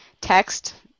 text